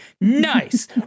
Nice